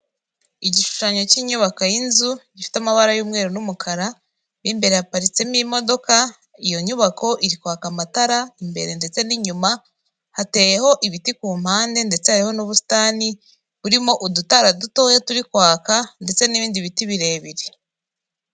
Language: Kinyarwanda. Igishushanyo cy'inyubako y'inzu gifite amabara y'umweru n'umukara mu imbere yaparitsemo imodoka, iyo nyubako iri kwaka amatara imbere ndetse n'inyuma hateyeho ibiti ku mpande ndetse hari n'ubusitani buririmo udutara dutoya turi kwaka ndetse n'ibindi biti birebire.